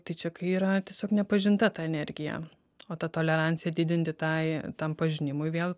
tai čia yra tiesiog nepažinta ta energija o ta tolerancija didinti tai tam pažinimui vėl